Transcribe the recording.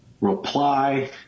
reply